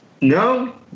no